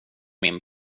min